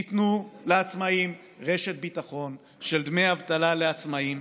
תנו לעצמאים רשת ביטחון של דמי אבטלה לעצמאים,